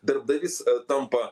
darbdavys tampa